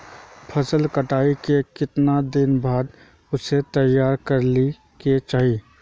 फसल कटाई के कीतना दिन बाद उसे तैयार कर ली के चाहिए?